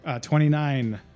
Twenty-nine